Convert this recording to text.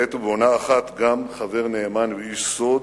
ובעת ובעונה אחת גם חבר נאמן ואיש סוד.